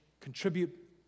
contribute